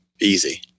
easy